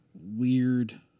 weird